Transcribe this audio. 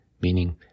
meaning